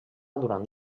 durant